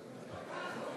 הכנסת, חודש טוב